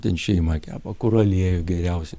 ten šeima kepa kur aliejų geriausią